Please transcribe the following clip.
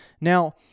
Now